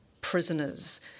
prisoners